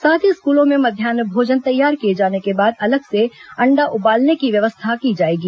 साथ ही स्कूलों में मध्यान्ह भोजन तैयार किए जाने को बाद अलग से अंडा उबालने की व्यवस्था की जाएगी